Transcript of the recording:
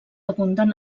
abunden